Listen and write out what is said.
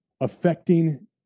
affecting